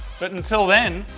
but until then,